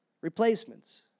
replacements